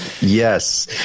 Yes